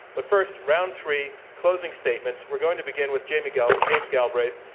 but first, round three, closing statements, we're going to begin with jamie galbraith, james galbraith,